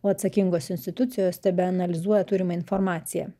o atsakingos institucijos tebe analizuoja turimą informaciją